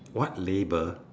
what labour